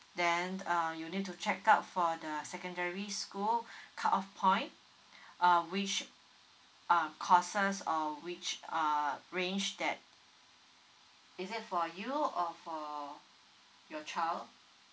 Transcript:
then uh you need to check out for the secondary school cut off point um which um courses or which uh range that is it for you or for your child